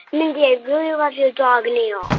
mindy, i really love your dog neil